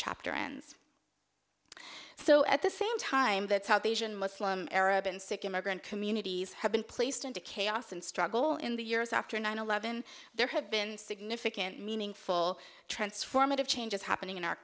chapter ends so at the same time that south asian muslim arab and sick immigrant communities have been placed into chaos and struggle in the years after nine eleven there have been significant meaningful transformative changes happening in our